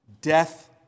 death